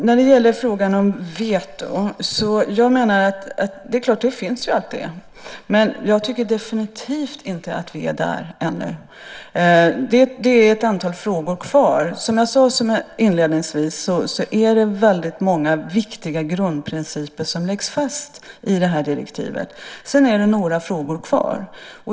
Herr talman! Möjligheten att använda veto finns ju alltid, men jag tycker definitivt inte att vi är där ännu. Det finns ett antal frågor kvar. Som jag inledningsvis sade läggs väldigt många viktiga grundprinciper fast i det här direktivet. Sedan är det några frågor kvar.